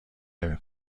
نمی